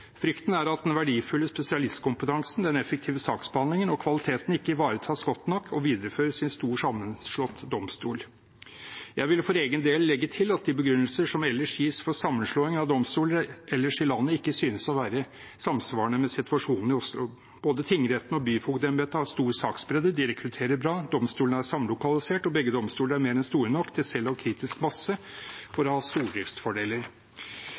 Frykten er at den verdifulle spesialistkompetansen, den effektive saksbehandlingen og kvaliteten ikke ivaretas godt nok og videreføres i en stor sammenslått domstol. Jeg vil for egen del legge til at de begrunnelser som ellers gis for sammenslåinger av domstoler ellers i landet, ikke synes å være samsvarende med situasjonen i Oslo. Både tingretten og byfogdembetet har stor saksbredde, de rekrutterer bra, domstolene er samlokalisert, og begge domstoler er mer enn store nok til selv å ha kritisk masse